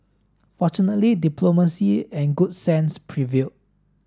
fortunately diplomacy and good sense prevailed